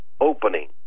opening